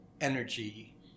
energy